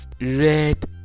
red